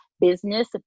business